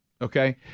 Okay